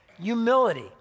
humility